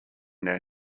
their